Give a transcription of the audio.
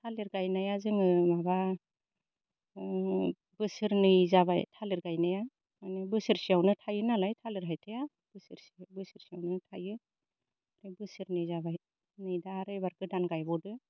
थालिर गायनाया जोङो माबा बोसोरनै जाबाय थालिर गायनाया माने बोसोरसेयावनो थायो नालाय थालिर हायथाया बोसोरसेयावनो थायो दा बोसोरनै जाबाय नै दा आरो एबा गोदान गायबावदो